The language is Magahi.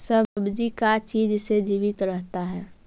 सब्जी का चीज से जीवित रहता है?